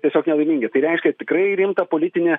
tiesiog nelaimingi tai reiškia tikrai rimtą politinę